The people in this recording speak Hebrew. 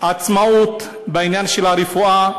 עצמאות בעניין של הרפואה,